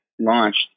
launched